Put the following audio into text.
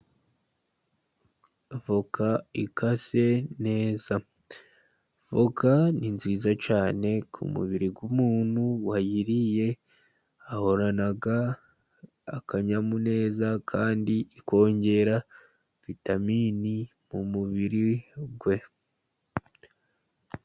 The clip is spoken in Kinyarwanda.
Avoka ikase neza, voka ni nziza cyane ku mubiri w' umuntu wayiriye ahorana akanyamuneza, kandi ikongera vitaminini mu mubiri we.